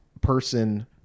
person